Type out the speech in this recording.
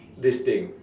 this thing